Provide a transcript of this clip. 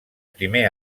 primer